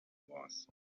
was